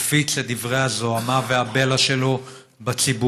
הוא מפיץ את דברי הזוהמה והבלע שלו בציבור,